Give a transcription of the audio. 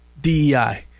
DEI